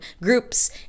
groups